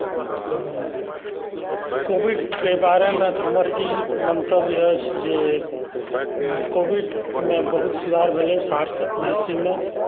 कोविडके बारेमे तऽ हमर ई मन्तव्य अछि जे कोविडमे बहुत सुधार भेलै सहरसा महिषीमे